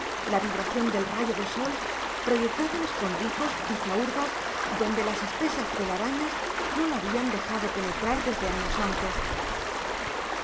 la vibración del rayo de sol proyectado en escondrijos y zahurdas donde las espesas telarañas no lo habían dejado penetrar desde años antes